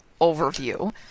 overview